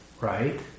Right